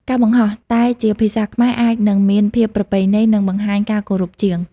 ការបង្ហោះតែជាភាសាខ្មែរអាចនឹងមានភាពប្រពៃណី និងបង្ហាញការគោរពជាង។